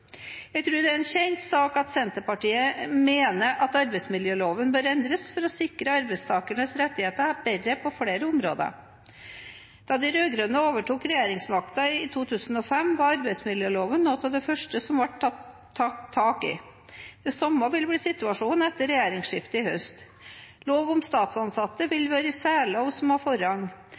Jeg tror det er en kjent sak at Senterpartiet mener at arbeidsmiljøloven bør endres for å sikre arbeidstakernes rettigheter bedre på flere områder. Da de rød-grønne overtok regjeringsmakten i 2005, var arbeidsmiljøloven noe av det første som ble tatt tak i. Det samme vil bli situasjonen etter regjeringsskiftet i høst. Lov om statsansatte vil være en særlov som har forrang.